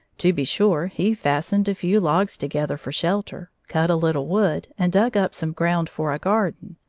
to be sure he fastened a few logs together for shelter, cut a little wood, and dug up some ground for a garden.